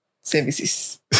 services